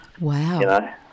Wow